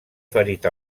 ferit